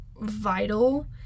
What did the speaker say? vital